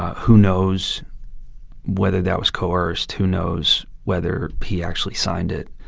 who knows whether that was coerced. who knows whether he actually signed it.